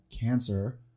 cancer